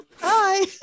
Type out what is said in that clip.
hi